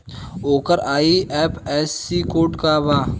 ओकर IFSC code का बा?